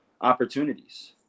opportunities